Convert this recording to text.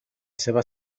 seva